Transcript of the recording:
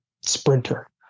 sprinter